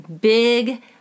big